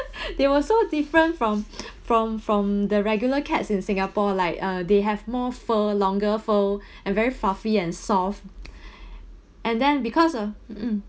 they was so different from from from the regular cats in singapore like uh they have more fur longer fur and very fluffy and soft and then because uh mm